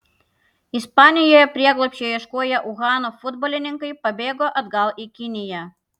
ispanijoje prieglobsčio ieškoję uhano futbolininkai pabėgo atgal į kiniją